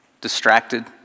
distracted